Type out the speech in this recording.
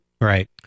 Right